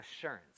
assurance